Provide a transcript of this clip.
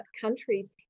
countries